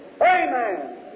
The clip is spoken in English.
Amen